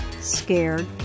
scared